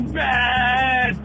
bad